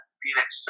Phoenix